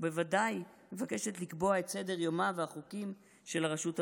ובוודאי מבקשת לקבוע את סדר-היום והחוקים של הרשות המחוקקת.